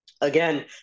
Again